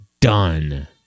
done